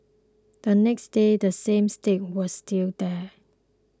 the next day the same stick was still there